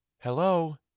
Hello